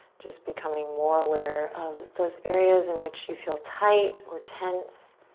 just becoming more aware of those areas in which you feel tight or tense.